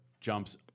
jumps